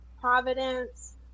Providence